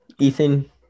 Ethan